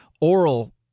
oral